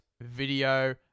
video